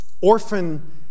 orphan